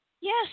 Yes